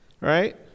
Right